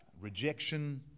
rejection